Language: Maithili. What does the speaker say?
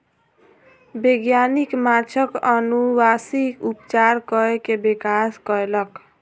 वैज्ञानिक माँछक अनुवांशिक उपचार कय के विकास कयलक